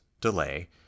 delay